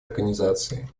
организации